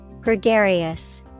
Gregarious